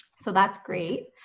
so that's great.